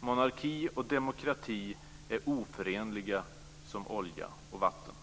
Monarki och demokrati är oförenliga som olja och vatten.